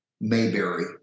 Mayberry